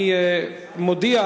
אני מודיע,